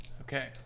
Okay